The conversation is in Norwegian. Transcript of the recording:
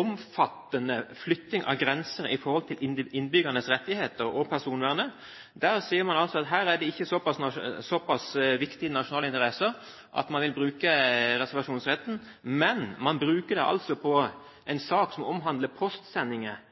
omfattende flytting av grenser med hensyn til innbyggernes rettigheter og personvernet. Der sier man at det ikke foreligger såpass viktige nasjonale interesser at man vil bruke reservasjonsretten, men man bruker den altså på en sak som omhandler postsendinger